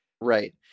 Right